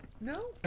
no